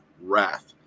Wrath